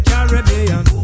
Caribbean